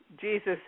Jesus